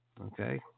okay